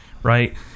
Right